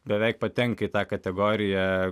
beveik patenka į tą kategoriją